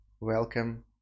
Welcome